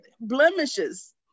blemishes